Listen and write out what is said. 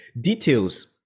details